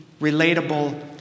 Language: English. relatable